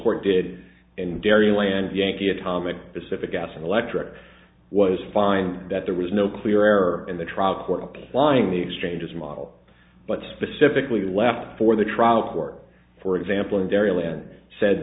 court did and dairyland yankee atomic pacific gas and electric was find that there was no clear error in the trial court applying the exchanges model but specifically left for the trial court for example and burial and said